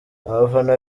abafana